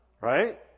Right